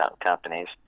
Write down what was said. companies